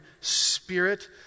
spirit